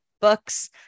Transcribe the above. books